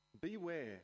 Beware